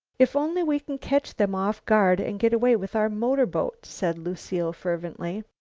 if only we can catch them off guard and get away with our motorboat! said lucile fervently.